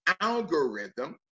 algorithm